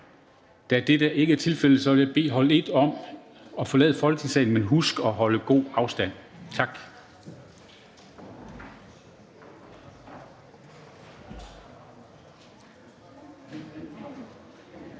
Da det ikke er tilfældet, vil jeg bede hold 1 om at forlade Folketingssalen. Men husk at holde god afstand. Tak.